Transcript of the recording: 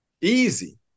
Easy